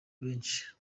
benshi